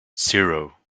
zero